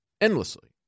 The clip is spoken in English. Endlessly